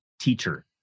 teacher